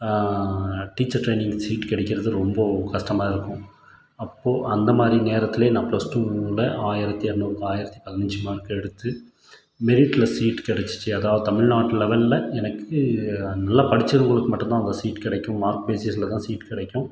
teacher training seat கிடைக்கிறது ரொம்ப கஷ்டமாக இருக்கும் அப்போது அந்த மாதிரி நேரத்திலியே நான் பிளஸ் டூவில் ஆயிரத்தி இரநூறுக்கு ஆயிரத்தி பதினஞ்சு மார்க் எடுத்து மெரிட்டில் சீட் கிடச்சுச்சி அதாவது தமிழ்நாட்டு லெவலில் எனக்கு நல்லா படிச்சவங்களுக்கு மட்டும் தான் அந்த சீட் கிடைக்கும் மார்க் பேசிஸில் தான் சீட் கிடைக்கும்